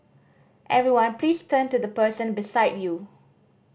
everyone please turn to the person beside you